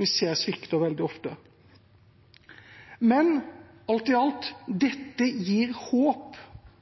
vi ser svikter veldig ofte. Men alt i alt: Dette gir håp